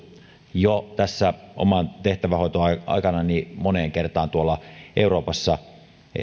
jo omana tehtävänhoitoaikanani moneen kertaan euroopassa